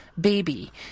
baby